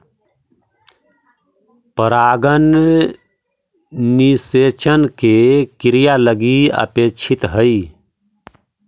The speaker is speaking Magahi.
परागण निषेचन के क्रिया लगी अपेक्षित हइ